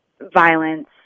violence